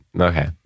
Okay